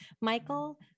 Michael